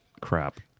crap